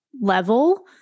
level